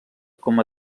com